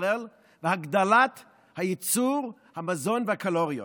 בישראל והגדלת ייצור המזון והקלוריות.